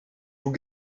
vous